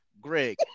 greg